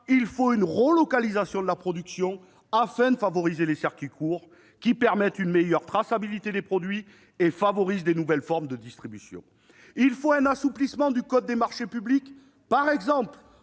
il faut une relocalisation de la production afin de privilégier les circuits courts, qui permettent une meilleure traçabilité des produits et favorisent de nouvelles formes de distribution. Il faut un assouplissement du code des marchés publics, par exemple